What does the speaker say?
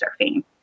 surfing